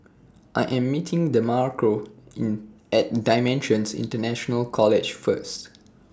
I Am meeting Demarco in At DImensions International College First